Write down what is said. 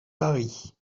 paris